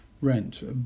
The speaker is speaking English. rent